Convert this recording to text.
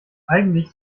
eigentlich